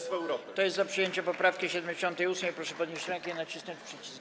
Kto jest za przyjęciem poprawki 78., proszę podnieść rękę i nacisnąć przycisk.